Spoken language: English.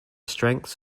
strengths